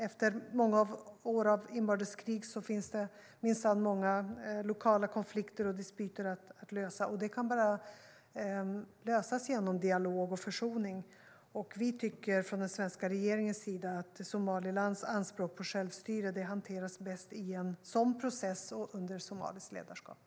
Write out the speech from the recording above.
Efter många år av inbördeskrig finns det minsann många lokala konflikter och dispyter att lösa, och de kan bara lösas genom dialog och försoning.